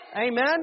Amen